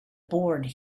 board